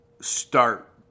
start